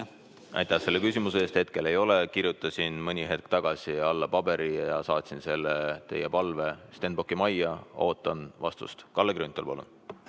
Aitäh selle küsimuse eest! Hetkel ei ole. Kirjutasin mõni hetk tagasi alla paberile ja saatsin selle teie palve Stenbocki majja. Ootan vastust. Kalle Grünthal,